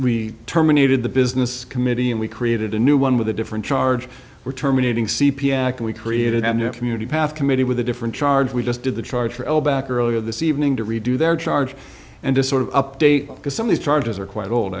we terminated the business committee and we created a new one with a different charge we're terminating c p s and we created a new community pass committee with a different charge we just did the charge for all back earlier this evening to redo their charge and to sort of update because some of these charges are quite old